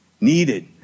needed